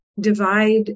divide